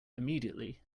immediately